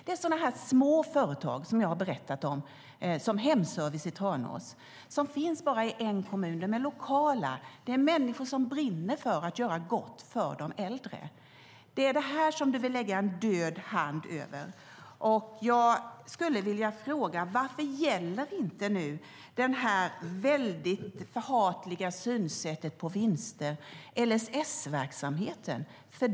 Det är sådana små företag som jag har berättat om, som Hemservice i Tranås. De finns bara i en kommun; de är lokala. Det är människor som brinner för att göra gott för de äldre. Det är det här som du vill lägga en död hand över. Jag skulle vilja fråga: Varför gäller inte synsättet på förhatliga vinster också LSS-verksamheten?